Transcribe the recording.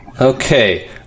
Okay